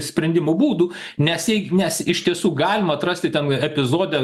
sprendimo būdų nes jei nes iš tiesų galima atrasti ten epizode